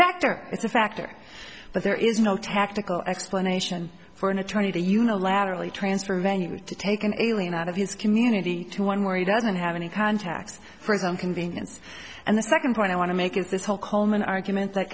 factor it's a factor but there is no tactical explanation for an attorney to unilaterally transfer venue to take an alien out of his community to one where he doesn't have any contacts for his own convenience and the second point i want to make is this whole coleman argument that